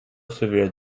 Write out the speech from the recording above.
severe